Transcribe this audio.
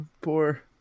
poor